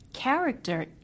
Character